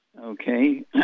okay